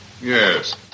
Yes